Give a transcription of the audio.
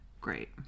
great